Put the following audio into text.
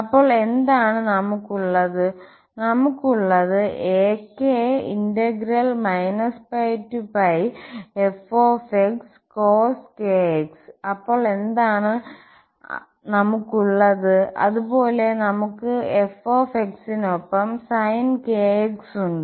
അപ്പോൾ എന്താണ് നമുക്കുള്ളത് നമുക്കുള്ളത് അതുപോലെ നമുക്ക് f നൊപ്പം sin ഉണ്ട്